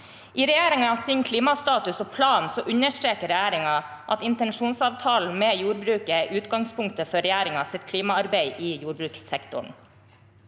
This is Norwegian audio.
I regjeringens klimastatus og -plan understreker regjeringen at intensjonsavtalen med jordbruket er utgangspunktet for regjeringens klimaarbeid i jordbrukssektoren.